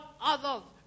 others